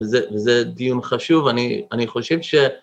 וזה דיון חשוב, אני חושב ש...